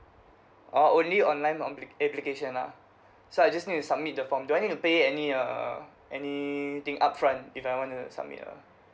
orh only online application lah so I just need to submit the form do I need to pay any err anything upfront if I want to submit a